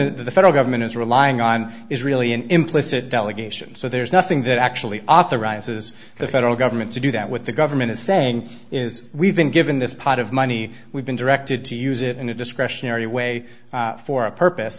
of the federal government is relying on is really an implicit delegation so there's nothing that actually authorizes the federal government to do that what the government is saying is we've been given this pot of money we've been directed to use it in a discretionary way for a purpose